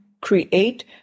create